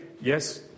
yes